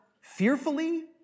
fearfully